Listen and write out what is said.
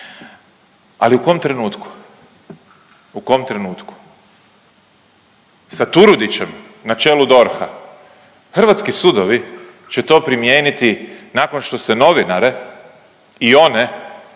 Ali u kom trenutku? U kom trenutku? Sa Turudićem na čelu DORH-a hrvatski sudovi će to primijeniti nakon što se novinare i one